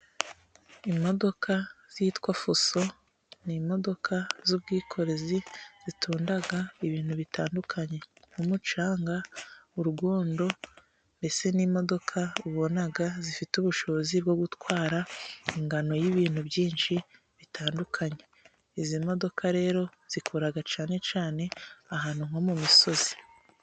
Imodoka zitwa Fuso, ni imodoka z'ubwikorezi zitunda ibintu bitandukanye nk'u mucanga, urwondo mbese ni imodoka ubona zifite ubushobozi bwo gutwara ingano y'ibintu byinshi bitandukanye, izi modoka rero zikora cyane cyane ahantu nko mu misozi.